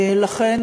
לכן,